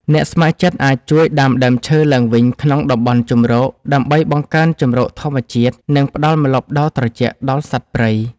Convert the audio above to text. អ្នកស្ម័គ្រចិត្តអាចជួយដាំដើមឈើឡើងវិញក្នុងតំបន់ជម្រក ដើម្បីបង្កើនជម្រកធម្មជាតិ និងផ្ដល់ម្លប់ដ៏ត្រជាក់ដល់សត្វព្រៃ។